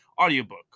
audiobook